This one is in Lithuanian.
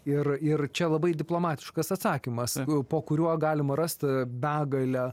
ir ir čia labai diplomatiškas atsakymas po kuriuo galima rast begalę